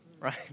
right